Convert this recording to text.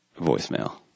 voicemail